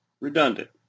redundant